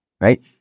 right